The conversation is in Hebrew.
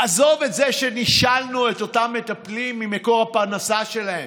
עזוב את זה שנישלנו את אותם מטפלים ממקור הפרנסה שלהם,